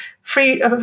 free